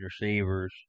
receivers